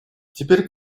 теперь